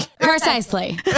Precisely